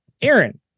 Aaron